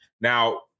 Now